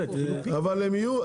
אבל הם יהיו.